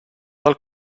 del